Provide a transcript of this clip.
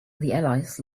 allies